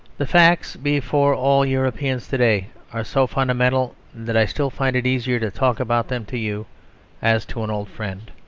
the facts before all europeans to-day are so fundamental that i still find it easier to talk about them to you as to an old friend,